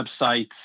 websites